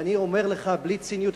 ואני אומר לך בלי ציניות,